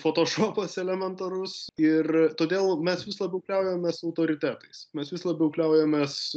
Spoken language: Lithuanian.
fotošopas elementarus ir todėl mes vis labiau kliaujamės autoritetais mes vis labiau kliaujamės